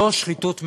זו שחיתות ממוסדת.